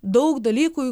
daug dalykų